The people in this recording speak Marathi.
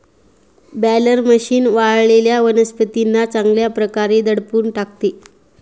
बॅलर मशीन वाळलेल्या वनस्पतींना चांगल्या प्रकारे दडपून टाकते